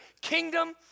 kingdom